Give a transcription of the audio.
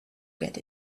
get